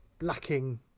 lacking